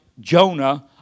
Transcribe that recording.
Jonah